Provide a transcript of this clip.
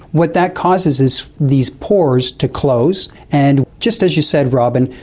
what that causes is these pores to close and, just as you said robyn,